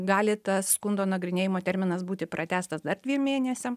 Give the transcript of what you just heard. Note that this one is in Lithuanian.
gali tas skundo nagrinėjimo terminas būti pratęstas dar dviem mėnesiam